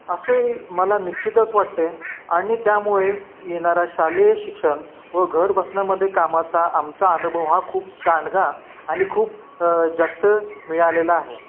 असे मला निश्चितच वाटते आणि त्यामुळे येणारा शालेय शिक्षण व घर बसण्यामध्ये कामाचा आमचा अनुभव हा खूप दांडगा आणि खूप जास्त मिळालेला आहे